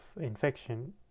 infection